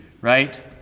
right